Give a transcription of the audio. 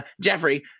jeffrey